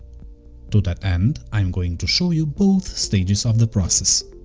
to that end, i'm going to show you both stages of the process.